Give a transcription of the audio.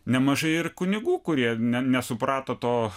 nemažai ir kunigų kurie ne nesuprato to